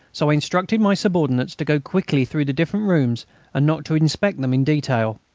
so i instructed my subordinates to go quickly through the different rooms and not to inspect them in detail.